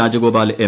Rajagopal M